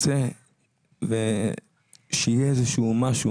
רוצה שיהיה איזה שהוא משהו